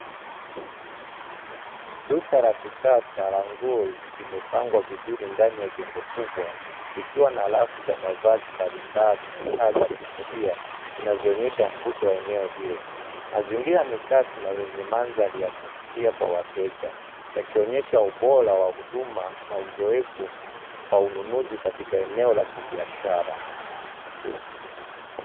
Duka la kisasa la nguo limepangwa vizuri ndani ya jengo kubwa, likiwa na rafu za mavazi mbalimbali na taa za kuvutia, zinazoonyesha mvuto wa eneo hilo. Mazingira ni safi na yenye mandhari ya kuvutia kwa wateja yakionyesha ubora wa huduma na uzoefu wa ununuzi katika eneo la kibiashara.